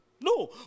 No